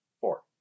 Four